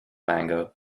mango